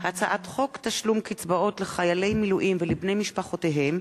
הצעת חוק תשלום קצבאות לחיילי מילואים ולבני משפחותיהם